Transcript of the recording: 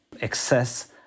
excess